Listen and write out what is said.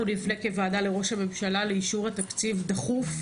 אנחנו נפנה כוועדה לראש הממשלה לאישור התקציב דחוף,